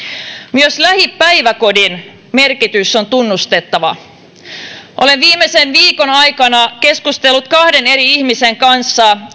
myös lähipäiväkodin merkitys on tunnustettava olen viimeisen viikon aikana keskustellut kahden eri ihmisen kanssa